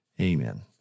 Amen